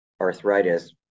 arthritis